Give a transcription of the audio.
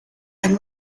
and